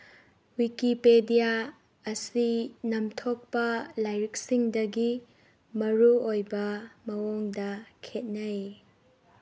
Wikipedia ꯑꯁꯤ ꯅꯝꯊꯣꯛꯄ ꯂꯥꯏꯔꯤꯛꯁꯤꯡꯗꯒꯤ ꯃꯔꯨꯑꯣꯏꯕ ꯃꯑꯣꯡꯗ ꯈꯦꯠꯅꯩ